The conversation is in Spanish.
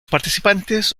participantes